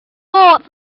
bought